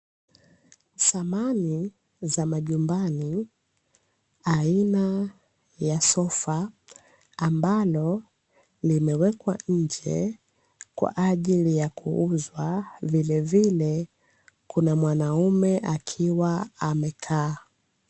Samani za majumbani aina ya sofa ambalo limewekwa nje kwa ajili ya kuuzwa vilevile kuna mwanaume akiwa amekaa.